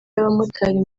y’abamotari